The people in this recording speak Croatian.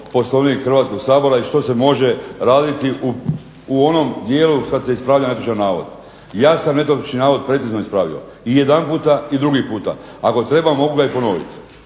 Poslovnik Hrvatskog sabora i što se može raditi u onom dijelu kada se ispravlja netočan navod. Ja sam nedolični navod precizno ispravljao i jedanput i drugi puta. Ako treba mogu ga ponoviti.